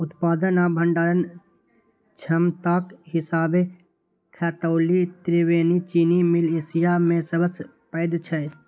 उत्पादन आ भंडारण क्षमताक हिसाबें खतौली त्रिवेणी चीनी मिल एशिया मे सबसं पैघ छै